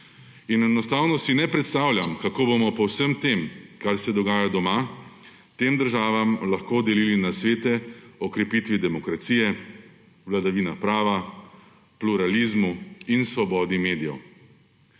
Enostavno si ne predstavljam, kako bomo po vsem tem, kar se dogaja doma, tem državam lahko delili nasvete o krepitvi demokracije, vladavini prava, pluralizmu in svobodi medijev.